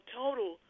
total